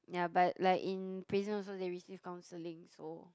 ya but like in prison also they receive counselling so